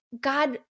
God